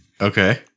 Okay